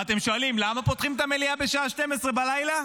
ואתם שואלים למה פותחים את המליאה בשעה 24:00 בלילה?